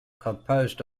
composed